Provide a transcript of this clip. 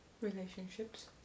Relationships